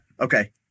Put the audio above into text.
okay